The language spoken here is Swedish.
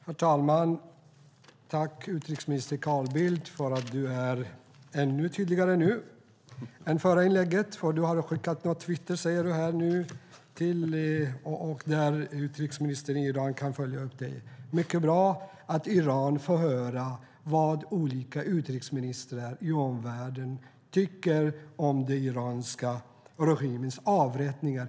Herr talman! Tack, utrikesminister Carl Bildt, för att du är ännu tydligare nu än i förra inlägget. Du har skrivit något på Twitter, säger du nu, som utrikesministern kan följa. Det är mycket bra att Iran får höra vad olika utrikesministrar i omvärlden tycker om den iranska regimens avrättningar.